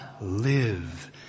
live